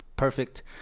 perfect